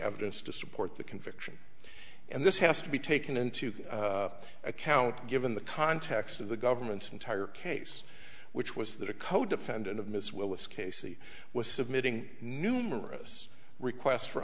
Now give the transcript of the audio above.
evidence to support the conviction and this has to be taken into account given the context of the government's entire case which was that a codefendant of miss willis casey was submitting numerous requests for